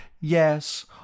Yes